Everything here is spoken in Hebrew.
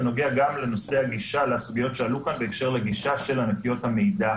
זה נוגע גם לנושא הגישה לסוגיות שעלו כאן בהקשר לגישה של ענקיות המידע